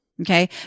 Okay